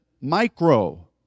micro